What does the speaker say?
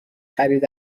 خرید